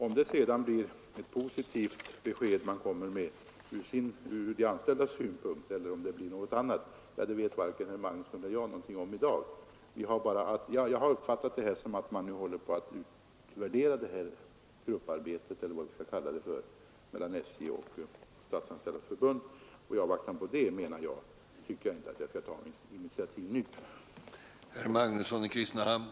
Om det sedan blir ett ur de anställdas synpunkt positivt besked man kommer med eller om det blir något annat, det vet varken herr Magnusson i Kristinehamn eller jag någonting om i dag. Jag har uppfattat det så att man nu håller på att utvärdera detta grupparbete — eller vad vi skall kalla det — mellan SJ och Statsanställdas förbund. I avvaktan på det tycker jag inte att jag skall ta något initiativ nu.